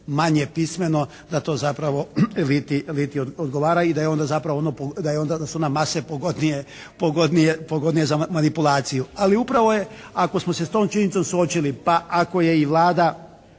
manje pismeno da to zapravo eliti odgovara. I da je onda zapravo, da su onda mase pogodnije za manipulaciju. Ali upravo je, ako smo se s tom činjenicom suočili pa ako je i Vlada